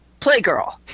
Playgirl